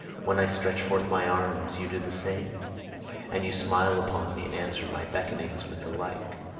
when i stretch forth my arms you do the same and you smile upon me and answer my beckonings with the like.